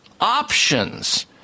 options